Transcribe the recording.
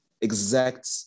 exact